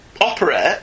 operate